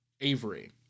Avery